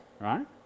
right